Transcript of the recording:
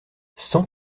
cent